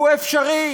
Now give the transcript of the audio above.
הוא אפשרי.